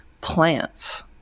plants